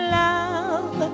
love